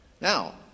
now